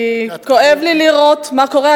כי כואב לי לראות מה קורה,